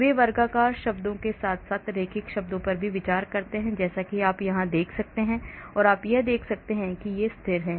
वे वर्गाकार शब्दों के साथ साथ रैखिक शब्दों पर भी विचार करते हैं जैसा कि आप यहाँ देख सकते हैं और आप देख सकते हैं कि ये स्थिर हैं